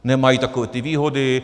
Nemají takové ty výhody.